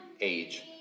age